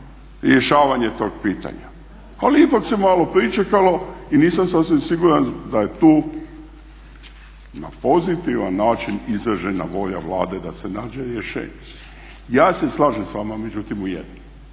rješavanje tog pitanja. Ali ipak se malo pričekalo i nisam sasvim siguran da je tu na pozitivan način izražena volja Vlade da se nađe rješenje. Ja se slažem s vama međutim u jednom.